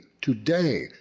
to-day